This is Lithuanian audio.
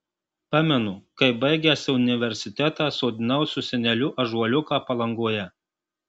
pamenu kaip baigęs universitetą sodinau su seneliu ąžuoliuką palangoje